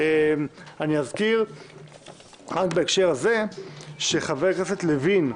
אזכיר בהקשר הזה שחבר הכנסת לוין,